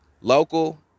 Local